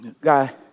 Guy